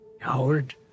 Howard